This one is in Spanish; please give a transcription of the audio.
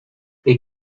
que